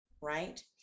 right